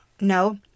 no